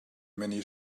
many